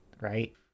right